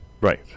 Right